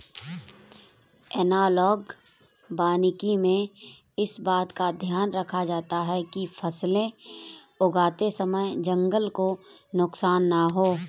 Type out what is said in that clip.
analogue वानिकी में इस बात का ध्यान रखा जाता है कि फसलें उगाते समय जंगल को नुकसान ना हो